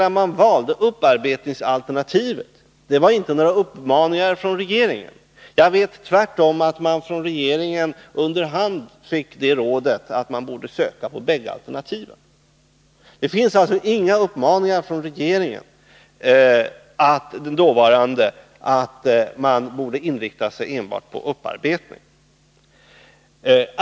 Att man valde upparbetningsalternativet berodde inte på några uppmaningar från regeringen. Jag vet att man tvärtom från regeringen fick rådet att söka enligt bägge alternativen. Det förekom alltså inga uppmaningar från den dåvarande regeringen att kärnkraftsindustrin skulle inrikta sig enbart på upparbetning.